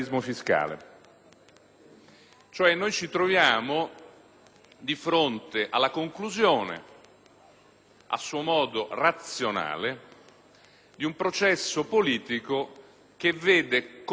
fiscale. Ci troviamo di fronte alla conclusione, a suo modo razionale, di un processo politico che vede, cari